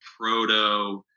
proto